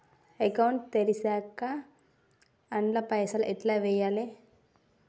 Account తెరిచినాక అండ్ల పైసల్ ఎట్ల వేయాలే?